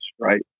right